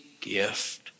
gift